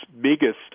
biggest